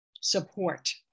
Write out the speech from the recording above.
support